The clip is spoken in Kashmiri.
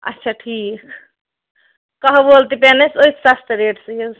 اچھا ٹھیٖک کہوٕ عٲل تہِ پیٚن اَسہِ أتھۍ سَستہٕ ریٹسٕے حظ